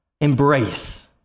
embrace